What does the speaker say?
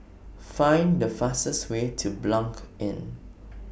Find The fastest Way to Blanc Inn